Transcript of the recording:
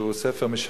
שהוא ספר משעמם,